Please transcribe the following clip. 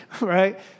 Right